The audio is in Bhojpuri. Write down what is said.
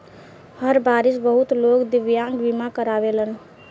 हर बारिस बहुत लोग दिव्यांग बीमा करावेलन